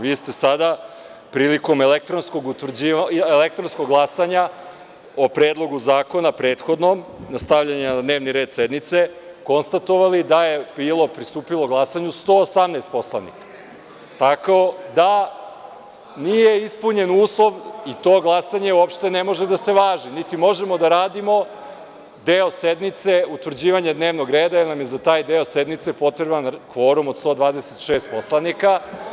Vi ste sada prilikom elektronskog glasanja o Predlogu zakona prethodnog na stavljanje na dnevni red sednice konstatovali da je bilo pristupilo glasanju 118 poslanika, tako da nije ispunjen uslov i to glasanje uopšte ne može da se važi, niti možemo da radimo deo sednice, utvrđivanje dnevnog reda, jer nam je za taj deo sednice potreban kvorum od 126 poslanika.